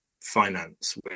finance